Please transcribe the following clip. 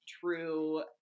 true